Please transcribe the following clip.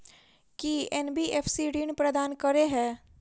की NBFC ऋण प्रदान करे है?